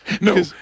no